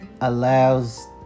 allows